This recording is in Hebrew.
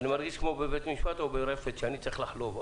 אני מרגיש כמו בבית משפט או ברפת כשאני צריך לחלוב.